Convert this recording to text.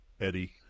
Eddie